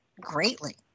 greatly